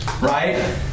right